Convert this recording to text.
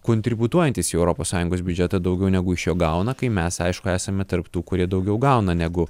kontributuojantys į europos sąjungos biudžetą daugiau negu iš jo gauna kai mes aišku esame tarp tų kurie daugiau gauna negu